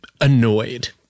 annoyed